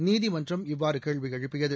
நீதிமன்றம் இவ்வாறு கேள்வி எழுப்பியது